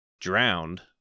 drowned